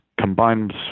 combined